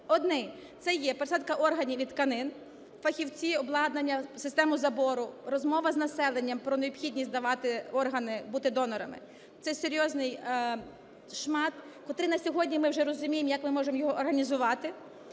Один – це є пересадка органів і тканин: фахівці, обладнання, систему забору, розмова з населенням про необхідність давати органи, бути донорами. Це серйозний шмат, котрий на сьогодні, ми вже розуміємо, як ми можемо його організувати,